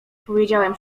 powiedziałem